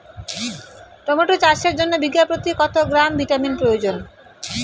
Tomato চাষের জন্য বিঘা প্রতি কত গ্রাম ভিটামিন প্রয়োজন?